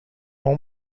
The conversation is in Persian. اون